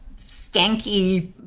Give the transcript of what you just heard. skanky